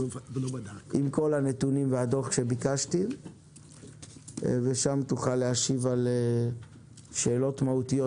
כל הנתונים והדוח שביקשתי ושם תוכל להשיב על שאלות מהותיות,